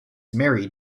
married